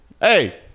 Hey